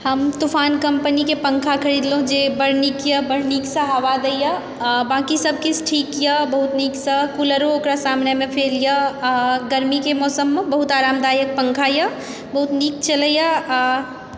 हम तूफान कम्पनीके पंखा खरीदलहुँ जे बड्ड नीकए बड्ड नीकसँ हवा दयए आ बाक़ी सभ किछु ठीकए बहुत नीकसँ कूलरो ओकरा सामनेमे फेलए आ गर्मीके मौसममे बहुत आरामदायक पंखाए बहुत नीक चलैए आ